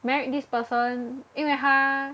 married this person 因为他